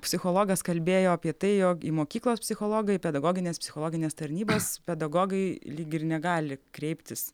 psichologas kalbėjo apie tai jog į mokyklos psichologai pedagogines psichologines tarnybas pedagogai lyg ir negali kreiptis